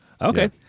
Okay